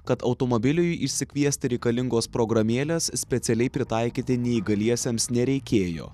kad automobiliui išsikviesti reikalingos programėlės specialiai pritaikyti neįgaliesiems nereikėjo